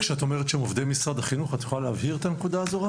עובדי משרד החינוך תוכלי להבהיר את זה?